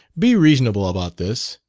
be reasonable about this.